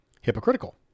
hypocritical